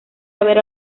haber